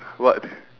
what